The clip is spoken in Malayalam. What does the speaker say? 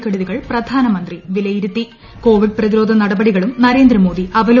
ക്കെടുതികൾ പ്രധാനമന്ത്രി വിലയിരുത്തി കോവിഡ് പ്രതിരോധ നടപടികളും നരേന്ദ്രമോദി അവലോകനം ചെയ്തു